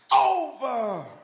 over